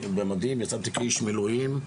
יצאתי כאיש מילואים,